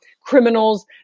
criminals